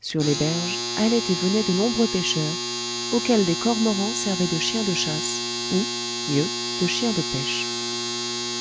sur les berges allaient et venaient de nombreux pêcheurs auxquels des cormorans servaient de chiens de chasse ou mieux de chiens de pêche